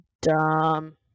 Dumb